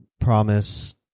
promise